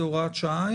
היום זה הוראת שעה?